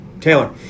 Taylor